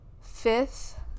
Fifth